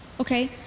Okay